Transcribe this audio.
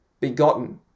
begotten